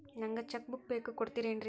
ನಂಗ cheque book ಬೇಕು ಕೊಡ್ತಿರೇನ್ರಿ?